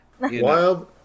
wild